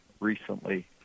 recently